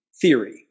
theory